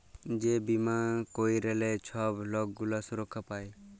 যে বীমা ক্যইরলে ছব লক গুলা সুরক্ষা পায়